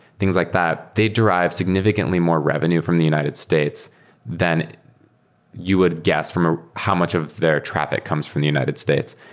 things like that, they derive significantly more revenue from the united states than you would guess from ah how much of their traffic comes from the united states.